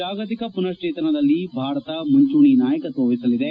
ಜಾಗತಿಕ ಪುನಕ್ಷೇತನದಲ್ಲಿ ಭಾರತ ಮುಂಚೂಣಿ ನಾಯಕತ್ನ ವಹಿಸಲಿದೆ